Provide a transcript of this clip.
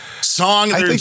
song